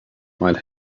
might